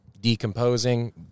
decomposing